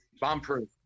Bomb-proof